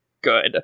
good